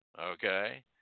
okay